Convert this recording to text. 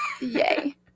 Yay